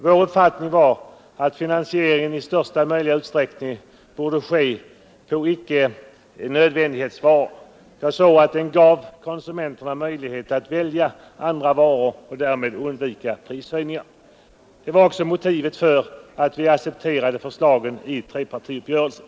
Vår uppfattning var att finansieringen i största möjliga utsträckning borde ske genom prishöjning på icke-nödvändighetsvaror, vilket skulle ge konsumenterna möjlighet att välja andra varor och därmed undvika prishöjningar. Detta var också motivet för att vi accepterade förslagen i trepartiuppgörelsen.